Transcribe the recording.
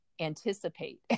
anticipate